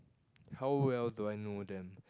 how well do I know them